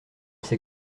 s’est